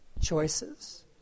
choices